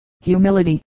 Humility